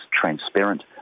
transparent